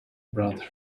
brother